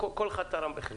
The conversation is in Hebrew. כל אחד תרם בחלקו.